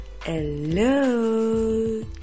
hello